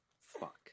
Fuck